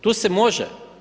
Tu se može.